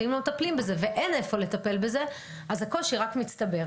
ואם לא מטפלים בזה ואין איפה לטפל בזה אז הקושי רק מצטבר.